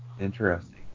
interesting